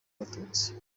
abatutsi